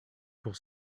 pour